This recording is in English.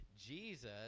Jesus